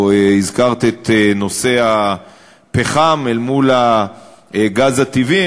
או הזכרת את נושא הפחם אל מול הגז הטבעי.